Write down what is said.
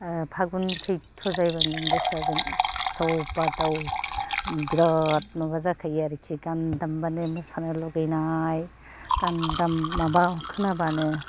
फागुन सैत्र जायोबानो जों गोसोया जों उसाव बादाव बिराथ माबा जाखायो आरोखि गान दामबानो मोसानो लुबैनाय गान माबा खोनाबानो